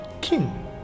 king